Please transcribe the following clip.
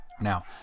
Now